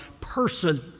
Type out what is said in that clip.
person